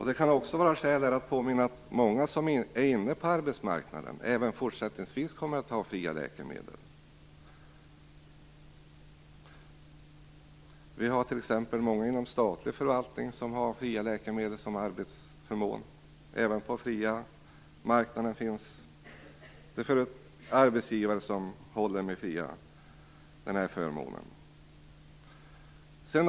Det kan finnas orsak att påminna om att det redan finns många på arbetsmarknaden som även fortsättningsvis kommer att ha fria läkemedel. T.ex. har många inom statlig förvaltning fria läkemedel som arbetsförmån, och även på den privata arbetsmarknaden finns arbetsgivare som håller med denna förmån.